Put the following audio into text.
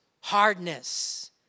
Hardness